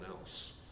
else